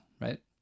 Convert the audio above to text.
right